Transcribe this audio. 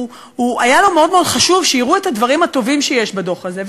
היה לו חשוב מאוד שיראו את הדברים הטובים שיש בדוח הזה.